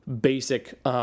basic